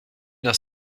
dans